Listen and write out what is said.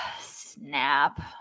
Snap